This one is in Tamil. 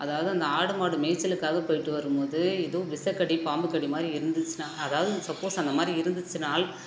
அதாவது அந்த ஆடு மாடு மேய்ச்சலுக்காக போய்விட்டு வரும் போது ஏதும் விஷக்கடி பாம்புக்கடி மாதிரி இருந்துச்சுனா அதாவது சப்போஸ் அந்த மாதிரி இருந்துச்சினால்